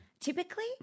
Typically